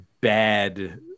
bad